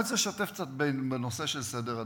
אני רוצה לשתף קצת בנושא של סדר עדיפויות.